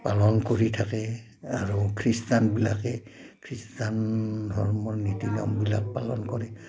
পালন কৰি থাকে আৰু খ্ৰীষ্টানবিলাকে খ্ৰীষ্টান ধৰ্মৰ নীতি নিয়মবিলাক পালন কৰে